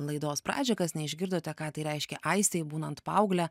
laidos pradžią kas neišgirdote ką tai reiškia aistei būnant paaugle